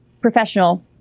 professional